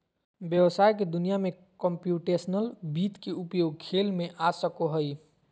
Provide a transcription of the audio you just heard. व्हवसाय के दुनिया में कंप्यूटेशनल वित्त के उपयोग खेल में आ सको हइ